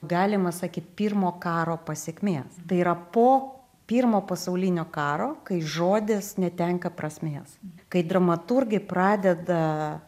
galima sakyt pirmo karo pasekmės tai yra po pirmo pasaulinio karo kai žodis netenka prasmės kai dramaturgai pradeda